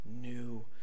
new